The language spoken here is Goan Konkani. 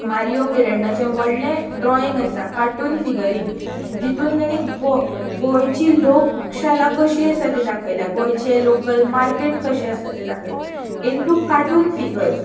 मारियो मिरांडाच्या व्हडलें ड्रोइंग आसा कार्टून फिगरिंग जितून तेणी गोंयची लोकशाला कशी आसा ती दाखयला गोंयचे लाॅकल मार्केट कशे आसा ते दाखयला एक टू कार्टून फिगर्स